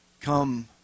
come